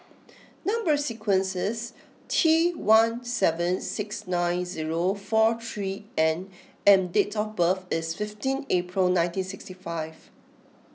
number sequence is T one seven six nine zero four three N and date of birth is fifteen April nineteen sixty five